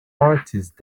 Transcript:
artist